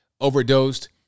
overdosed